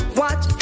watch